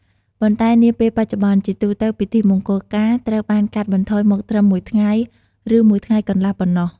ប៉ុន្តែនាពេលបច្ចុប្បន្ន ជាទូទៅពិធីមង្គលការត្រូវបានកាត់បន្ថយមកត្រឹម មួយថ្ងៃ ឬមួយថ្ងៃកន្លះ ប៉ុណ្ណោះ។